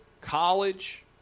college